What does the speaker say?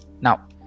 Now